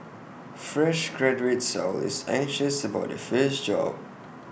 fresh graduates are always anxious about their first job